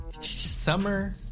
Summer